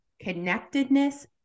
connectedness